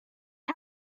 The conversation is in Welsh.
mae